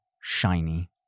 shiny